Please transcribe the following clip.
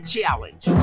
Challenge